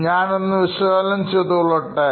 ഞാൻ ഒന്നു വിശകലനം ചെയ്തു കൊള്ളട്ടെ